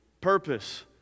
purpose